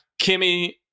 Kimmy